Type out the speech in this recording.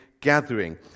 gathering